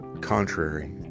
contrary